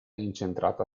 incentrata